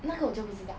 那个我就不知道